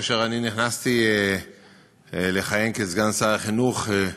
כאשר נכנסתי לכהן כסגן שר החינוך,